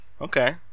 Okay